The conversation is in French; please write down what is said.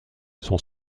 son